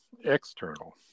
external